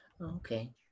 Okay